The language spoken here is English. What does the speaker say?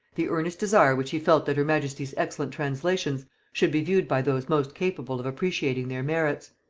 the earnest desire which he felt that her majesty's excellent translations should be viewed by those most capable of appretiating their merits.